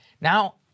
Now